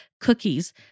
cookies